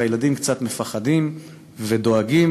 והילדים קצת מפחדים ודואגים.